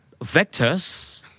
vectors